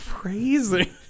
crazy